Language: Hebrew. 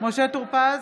משה טור פז,